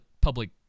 public